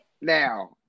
now